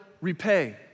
repay